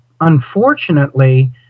unfortunately